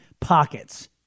pockets